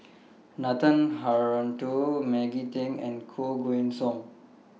Nathan Hartono Maggie Teng and Koh Guan Song